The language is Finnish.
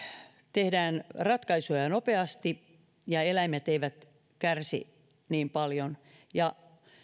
tehdään ratkaisuja nopeasti ja eläimet eivät kärsi niin paljon